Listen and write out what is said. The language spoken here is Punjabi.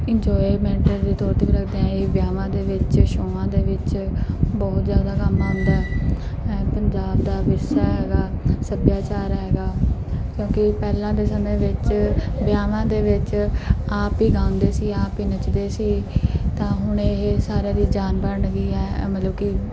ਇੰਜੋਇਮੈਂਟ ਦੇ ਤੌਰ 'ਤੇ ਵੀ ਰੱਖਦੇ ਹਾਂ ਇਹ ਵਿਆਹਵਾਂ ਦੇ ਵਿੱਚ ਸ਼ੋਆਂ ਦੇ ਵਿੱਚ ਬਹੁਤ ਜ਼ਿਆਦਾ ਕੰਮ ਆਉਂਦਾ ਹੈ ਪੰਜਾਬ ਦਾ ਵਿਰਸਾ ਹੈਗਾ ਸੱਭਿਆਚਾਰ ਹੈਗਾ ਕਿਉਂਕਿ ਪਹਿਲਾਂ ਦੇ ਸਮੇਂ ਵਿੱਚ ਵਿਆਹਵਾਂ ਦੇ ਵਿੱਚ ਆਪ ਹੀ ਗਾਉਂਦੇ ਸੀ ਆਪ ਹੀ ਨੱਚਦੇ ਸੀ ਤਾਂ ਹੁਣ ਇਹ ਸਾਰਿਆਂ ਦੀ ਜਾਨ ਬਣ ਗਈ ਹੈ ਮਤਲਬ ਕਿ